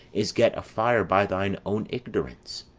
is get afire by thine own ignorance,